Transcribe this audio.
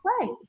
play